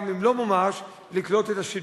גם אם לא מומש, לקלוט את השידור.